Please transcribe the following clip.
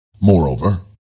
Moreover